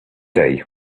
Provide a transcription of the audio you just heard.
day